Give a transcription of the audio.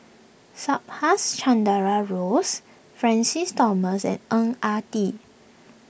Subhas Chandra Rose Francis Thomas and Ang Ah Tee